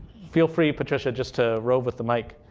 feel free, patricia, just to rove with the mic.